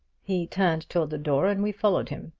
he turned toward the door and we followed him.